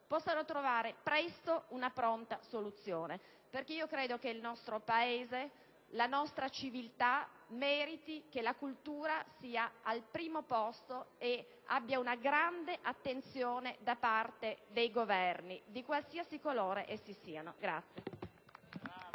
possano trovare presto una pronta soluzione, perché credo che il nostro Paese e la nostra civiltà meritino che la cultura sia collocata al primo posto e riceva grande attenzione da parte dei Governi, di qualsiasi colore essi siano.